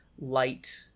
light